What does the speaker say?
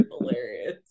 Hilarious